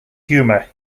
humor